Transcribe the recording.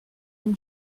mon